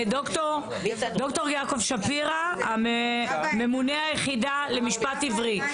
ד"ר יעקב שפירא, ממונה היחידה למשפט עברי.